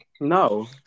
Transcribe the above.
No